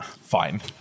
Fine